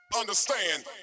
Understand